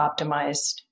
optimized